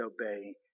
obey